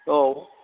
औ